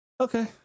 Okay